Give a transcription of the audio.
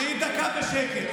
תהיי דקה בשקט.